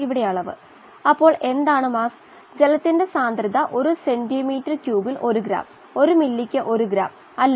ഇവിടെ വീണ്ടും ഒരു ബയോറിയാക്ടറിന്റെ ചിത്രം നോക്കാം കോശങ്ങൾ വളരുന്ന മാധ്യമമായ ഒരുപക്ഷേ DO പ്രോബ് പി